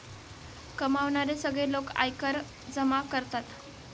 कमावणारे सगळे लोक आयकर जमा करतात